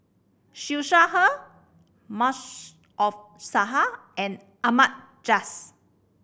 Siew Shaw Her Maarof Salleh and Ahmad Jais